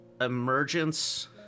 emergence